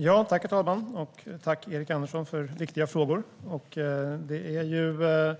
Herr talman! Tack, Erik Andersson, för viktiga frågor! Det är